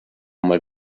mal